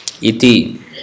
Iti